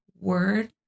word